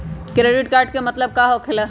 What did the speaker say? Credit card के मतलब का होकेला?